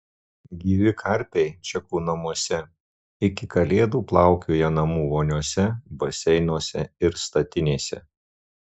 gyvi karpiai čekų namuose iki kalėdų plaukioja namų voniose baseinuose ir statinėse